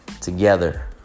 together